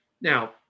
Now